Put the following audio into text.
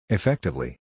Effectively